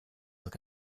look